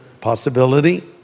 possibility